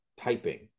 typing